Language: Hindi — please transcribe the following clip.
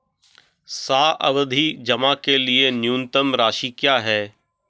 सावधि जमा के लिए न्यूनतम राशि क्या है?